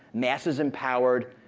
masses empowered,